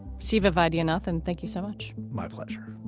siva vaidyanathan, thank you so much. my pleasure.